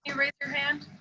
and raise your hand?